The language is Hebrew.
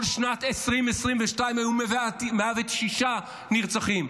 כל שנת 2022 היו 106 נרצחים.